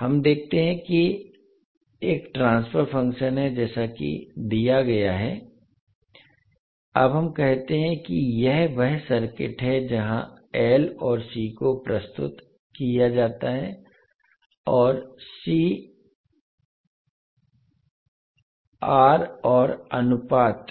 हमें देखते हैं कि एक ट्रांसफर फंक्शन है जैसा कि दिया गया है अब हम कहते हैं कि यह वह सर्किट है जहां L और C को प्रस्तुत किया जाता है और C R और अनुपात